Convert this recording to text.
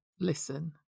listen